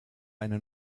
eine